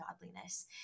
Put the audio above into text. godliness